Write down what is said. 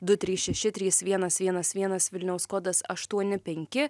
du trys šeši trys vienas vienas vienas vilniaus kodas aštuoni penki